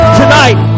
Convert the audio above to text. tonight